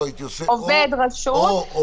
פה הייתי מוסיף או --- עובד רשות שימונה.